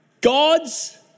God's